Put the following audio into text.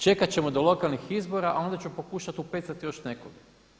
Čekat ćemo do lokalnih izbora, a onda ću pokušati upecati još nekoga.